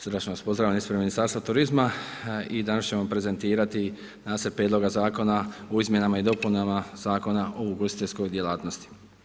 Srdačno vas pozdravljam ispred Ministarstva turizma i danas ćemo prezentirati nacrt Prijedloga Zakona o izmjenama i dopunama Zakona o ugostiteljskoj djelatnosti.